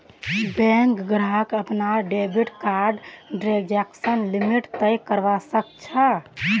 bank ग्राहक अपनार debit कार्डर ट्रांजेक्शन लिमिट तय करवा सख छ